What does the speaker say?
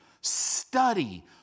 study